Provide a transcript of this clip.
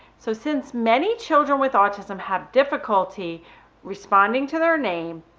so since many children with autism have difficulty responding to their name,